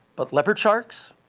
but leopard sharks?